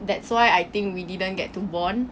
that's why I think we didn't get to bond